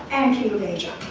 and king of asia.